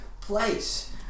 place